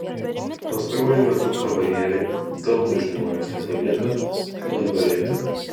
pastaruoju metu kavalieriai daug dažniau aikštę palieka nenugalėti